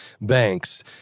banks